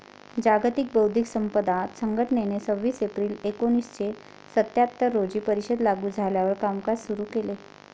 जागतिक बौद्धिक संपदा संघटनेने सव्वीस एप्रिल एकोणीसशे सत्याहत्तर रोजी परिषद लागू झाल्यावर कामकाज सुरू केले